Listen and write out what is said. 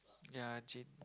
ya encik